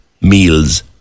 meals